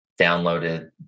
downloaded